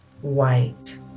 white